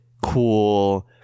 cool